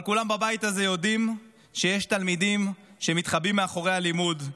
אבל כולם בבית הזה יודעים שיש תלמידים שמתחבאים מאחורי הלימוד,